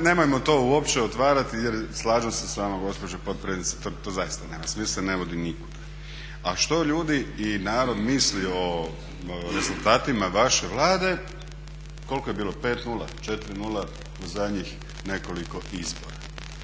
nemojmo to uopće otvarati jer slažem se s vama gospođo potpredsjednice to zaista nema smisla jer ne vodi nikuda. A što ljudi i narod misli o rezultatima vaše Vlade, koliko je bilo 5:0, 4:0 u zadnjih nekoliko izbora.